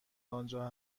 آنجا